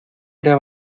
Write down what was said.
era